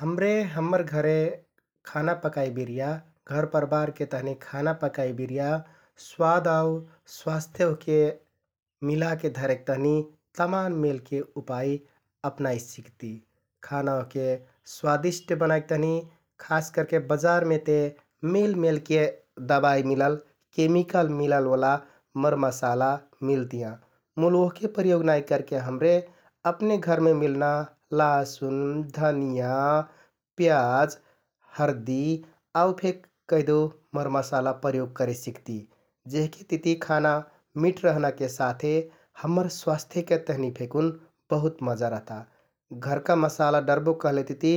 हमरे हम्मर घरे खाना पकाइ बिरिया, घर परबारके तहनि खाना पकाइ बिरिया स्वाद आउ स्वास्थ्य ओहके मिलाके धरेक तहनि तमान मेलके उपाइ अपनाइ सिक्ति । खाना ओहके स्वादिष्‍ट बनाइक तहनि खास करके बजारमे ते मेलमेलके दबाइ मिलल, केमिल मिललओला मरमसला मिलतियाँ । मुल ओहके प्रयोग नाइ करके हमरे अपने घरमे मिलना लासुन, धनियाँ, प्याज, हरदि आउ फेक कैहदेउ मरमसाला प्रयोग करे सिक्ति । जेहके तिति खाना मिठ रहनाके साथे हम्मर स्वास्थ्यके तहनि फेकुन बहुत मजा रहता । घरका मसाला डरबो कहलेतिति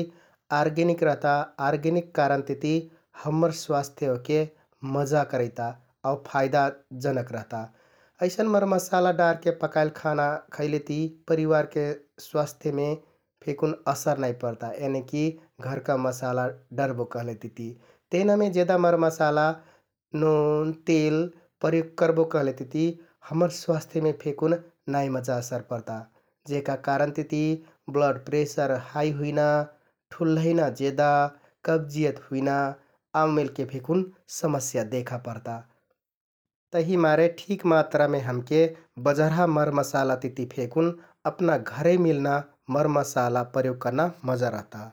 आर्गेनिक रहता । आर्गेनिक कारण तिति हम्मर स्वास्थ्य ओहके मजा करैता आउ फाइदाजनक रहता । अइसन मरमसाला डारके पकाइल खाना खैलेति परिवारके स्वास्थ्यमे फेकुन असर नाइ परता एनिकि घरका मसाला डरबो कहलेतिति । तेनामे जेदा मरमसाला नोन, तेन प्रयोग करबो कहलेतिति हम्मर स्वास्थ्यमे फेकुन नाइ मजा असर परता । जेहका कारणतिति ब्लड प्रेसर हाइ हुइना, ठुल्हहैना जेदा, कबजियत हुइना आउ मेलके फेकुन समस्या देखा परता । तहिमारे ठिक मात्रामे हमके बजारहा मरमसाला तिति फेकुन अपना घरे मिलना मरमसाला प्रयोग करना मजा रहता ।